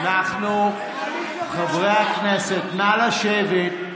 חברי הכנסת, נא לשבת.